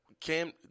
Cam